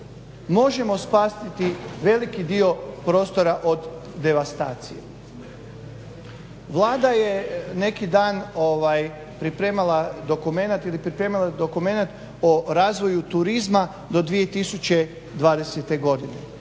možemo spasiti veliki dio prostora od devastacije. Vlada je neki dan ovaj pripremala dokumenat ili pripremila dokumenat o razvoju turizma do 2020. godine